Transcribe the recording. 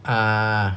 ah